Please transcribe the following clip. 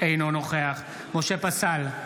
אינו נוכח משה פסל,